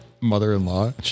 mother-in-law